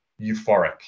euphoric